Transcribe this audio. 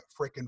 freaking